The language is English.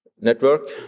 network